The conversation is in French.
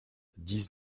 dix